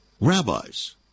Rabbis